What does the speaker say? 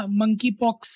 monkeypox